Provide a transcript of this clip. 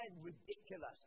Ridiculous